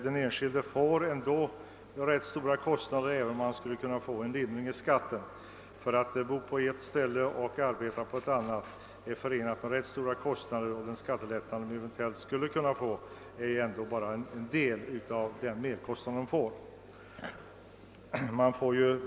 Den enskilde ådrar sig rätt stora kostnader, även om han skulle få en skattelindring, eftersom detta att bo på ett ställe och arbeta på ett annat är förenat med ganska stora utgifter. En eventuell skattelättnad utgör bara en bråkdel av den merkostnad som uppstår.